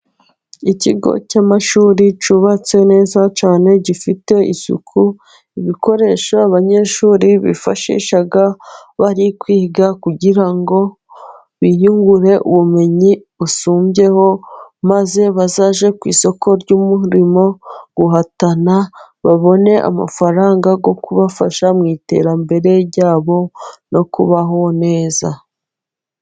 Ikigo cy'amashuri cyubatse neza cyane, gifite isuku, ibikoresho abanyeshuri bifashisha, bari kwiga kugira ngo biyungure ubumenyi busumbyeho, maze bazajye ku isoko ry'umurimo guhatana, babone amafaranga, yokubafasha mu iterambere ryabo no kubaho neza.